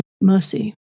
mercy